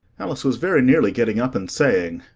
alice was very nearly getting up and saying,